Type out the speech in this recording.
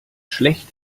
schlecht